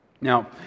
Now